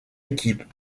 équipes